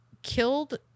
killed